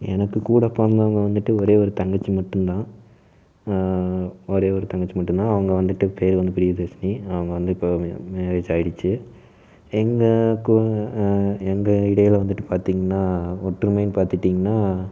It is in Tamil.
எனக்கு கூட பிறந்தவங்க வந்துட்டு ஒரே ஒரு தங்கச்சி மட்டுந்தான் ஒரே ஒரு தங்கச்சி மட்டுந்தான் அவங்க வந்துட்டு பேர் வந்து பிரியதர்ஷினி அவங்க வந்து இப்போ மேரேஜ் ஆகிடிச்சி எங்கள் எங்கள் இடையில் வந்துட்டு பார்த்திங்கனா ஒற்றுமைன்னு பார்த்துட்டிங்கனா